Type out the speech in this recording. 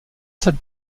cette